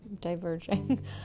diverging